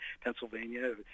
Pennsylvania